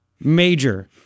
major